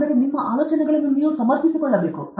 ಆದ್ದರಿಂದ ನಿಮ್ಮ ಆಲೋಚನೆಗಳನ್ನು ನೀವು ಸಮರ್ಥಿಸಿಕೊಳ್ಳಬೇಕು